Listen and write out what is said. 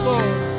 Lord